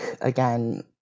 again